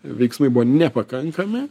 veiksmai buvo nepakankami